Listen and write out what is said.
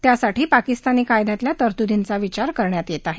यासाठी पाकिस्तानी कायद्यातल्या तरतूदींचा विचार करण्यात येत आहे